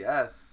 Yes